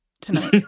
tonight